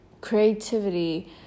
creativity